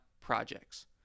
Projects